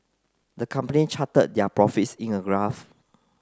the company charted their profits in a graph